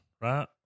right